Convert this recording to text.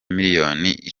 miliyoni